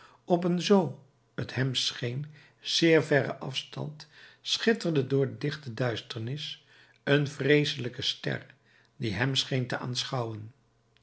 op een zoo t hem scheen zeer verren afstand schitterde door de dikke duisternis een vreeselijke ster die hem scheen te aanschouwen